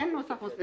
אין נוסח מוסכם.